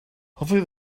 hopefully